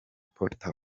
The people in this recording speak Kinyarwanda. potter